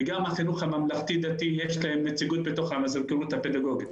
ולחינוך הממלכתי דתי יש נציגות בתוך המזכירות הפדגוגית.